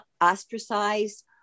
ostracized